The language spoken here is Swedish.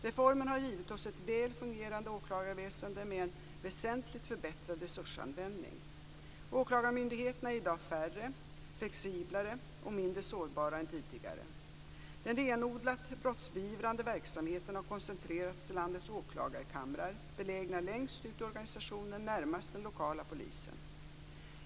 Reformen har givit oss ett väl fungerande åklagarväsende med en väsentligt förbättrad resursanvändning. Åklagarmyndigheterna är i dag färre, flexiblare och mindre sårbara än tidigare. Den renodlat brottsbeivrande verksamheten har koncentrerats till landets åklagarkamrar, belägna längst ut i organisationen, närmast den lokala polisen.